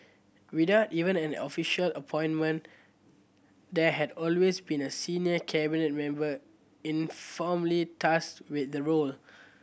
without even an official appointment there had always been a senior Cabinet member informally tasked with the role